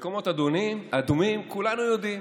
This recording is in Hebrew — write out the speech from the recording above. מקומות אדומים, כולנו יודעים.